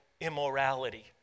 immorality